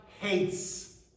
hates